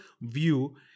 view